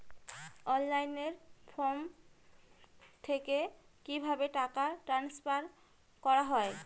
অনলাইনে ফোন থেকে কিভাবে টাকা ট্রান্সফার করা হয়?